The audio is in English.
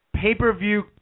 pay-per-view